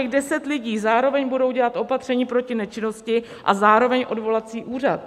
A těch deset lidí zároveň bude dělat opatření proti nečinnosti a zároveň odvolací úřad.